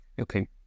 Okay